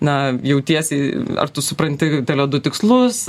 na jautiesi ar tu supranti tele du tikslus